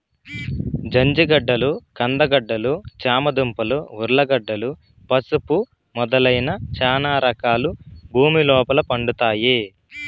జంజిగడ్డలు, కంద గడ్డలు, చామ దుంపలు, ఉర్లగడ్డలు, పసుపు మొదలైన చానా రకాలు భూమి లోపల పండుతాయి